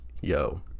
yo